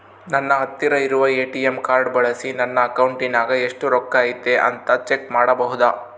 ನನ್ನ ಹತ್ತಿರ ಇರುವ ಎ.ಟಿ.ಎಂ ಕಾರ್ಡ್ ಬಳಿಸಿ ನನ್ನ ಅಕೌಂಟಿನಾಗ ಎಷ್ಟು ರೊಕ್ಕ ಐತಿ ಅಂತಾ ಚೆಕ್ ಮಾಡಬಹುದಾ?